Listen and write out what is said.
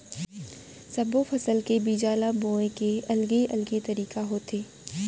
सब्बो फसल के बीजा ल बोए के अलगे अलगे तरीका होथे